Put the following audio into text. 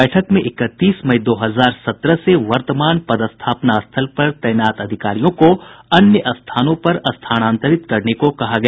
बैठक में इकतीस मई दो हजार सत्रह से वर्तमान पदस्थापना स्थल पर तैनात अधिकारियों को अन्य स्थानों पर स्थानांतरित करने को कहा गया